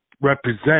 represent